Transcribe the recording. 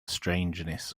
strangeness